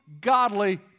godly